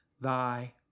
thy